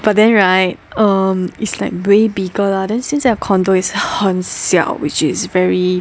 but then right um is like way bigger lah then 现在的 condo 也是很小 which is very